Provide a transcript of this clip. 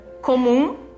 comum